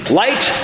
light